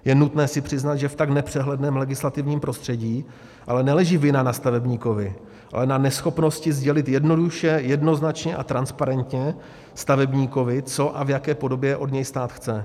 Je nutné si přiznat, že v tak nepřehledném legislativním prostředí ale neleží vina na stavebníkovi, ale na neschopnosti sdělit jednoduše, jednoznačně a transparentně stavebníkovi, co a v jaké podobě od něj stát chce.